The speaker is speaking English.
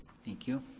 thank you.